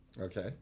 Okay